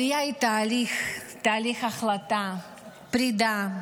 עלייה היא תהליך, תהליך החלטה, פרדה,